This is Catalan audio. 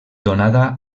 donada